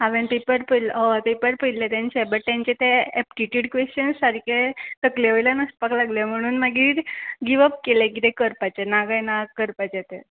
हांवें पेपर पय हय पेपर पळयल्ले तेंचे बट तेंचे ते एप्टिटीड क्वेशन्स सारकें तकले वयल्यान वसपाक लागले म्हणून मागीर गिवप केले किदें करपाचें ना काय ना करपाचें ते